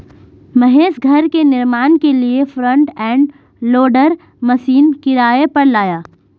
महेश घर के निर्माण के लिए फ्रंट एंड लोडर मशीन किराए पर लाया